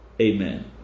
Amen